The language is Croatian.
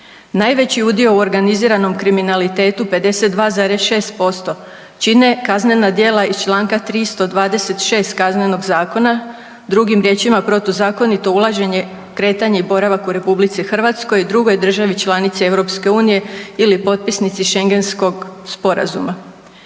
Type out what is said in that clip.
Najveći udio u organiziranom kriminalitetu 52,6% čine kaznena djela iz Članka 326. Kaznenog zakona drugim riječima protuzakonito ulaženje, kretanje i boravak u RH, drugoj državi članici EU ili potpisnici Schengenskog sporazuma.